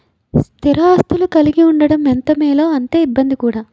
స్థిర ఆస్తులు కలిగి ఉండడం ఎంత మేలో అంతే ఇబ్బంది కూడా